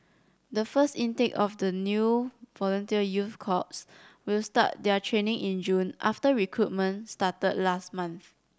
the first intake of the new volunteer youth corps will start their training in June after recruitment started last month